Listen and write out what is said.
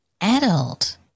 adult